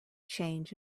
change